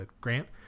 grant